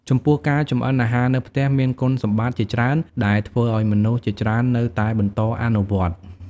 ចំពោះ ការចម្អិនអាហារនៅផ្ទះមានគុណសម្បត្តិជាច្រើនដែលធ្វើឱ្យមនុស្សជាច្រើននៅតែបន្តអនុវត្ត។